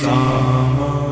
Sama